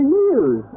years